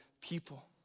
people